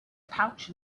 pouch